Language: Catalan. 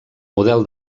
model